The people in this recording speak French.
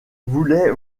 voulait